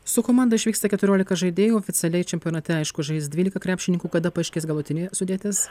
su komanda išvyksta keturiolika žaidėjų oficialiai čempionate aišku žais dvylika krepšininkų kada paaiškės galutinė sudėtis